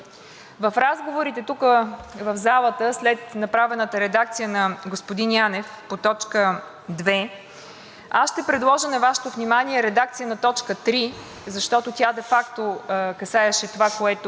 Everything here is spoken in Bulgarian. аз ще предложа на Вашето внимание редакция на точка три, защото тя де факто касаеше това, което той предложи да бъде включено в точка две, и се надявам господин Янев, ако бъде удовлетворен от моето предложение, ако